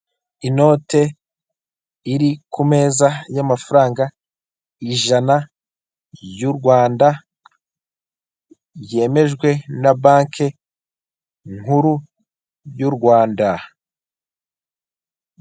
Inoti iri kumeza y'amafaranga ijana y'u Rwanda yemejwe na banki nkuru y'u Rwanda.